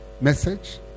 message